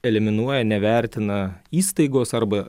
eliminuoja nevertina įstaigos arba